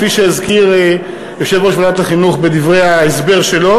כפי שהזכיר יושב-ראש ועדת החינוך בדברי ההסבר שלו.